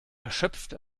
erschöpft